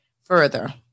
further